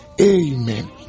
amen